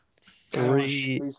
Three